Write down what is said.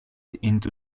into